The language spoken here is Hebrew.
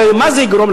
הרי, למה זה יגרום?